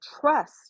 trust